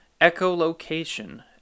echolocation